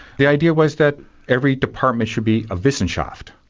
the idea was that every department should be a wissenschaft,